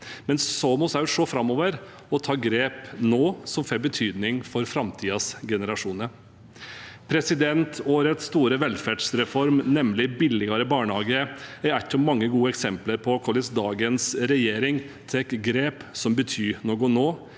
mer. Vi må også se framover og ta grep nå som får betydning for framtidens generasjoner. Årets store velferdsreform, nemlig billigere barnehage, er et av mange gode eksempler på hvordan dagens regjering tar grep som betyr noe nå,